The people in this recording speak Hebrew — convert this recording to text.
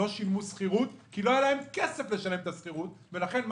לא שילמו שכירות כי לא היה להם כסף לשלם את השכירות ולכן,